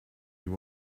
you